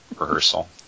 rehearsal